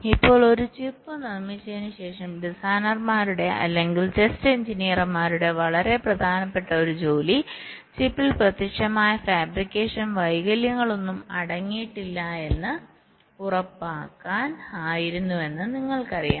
ഇപ്പോൾ ഒരു ചിപ്പ് നിർമ്മിച്ചതിന് ശേഷം ഡിസൈനർമാരുടെ അല്ലെങ്കിൽ ടെസ്റ്റ് എഞ്ചിനീയർമാരുടെ വളരെ പ്രധാനപ്പെട്ട ഒരു ജോലി ചിപ്പിൽ പ്രത്യക്ഷമായ ഫാബ്രിക്കേഷൻ വൈകല്യങ്ങളൊന്നും അടങ്ങിയിട്ടില്ലെന്ന് ഉറപ്പാക്കാൻ ആയിരുന്നുവെന്ന് നിങ്ങൾക്ക് പറയാം